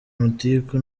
amatiku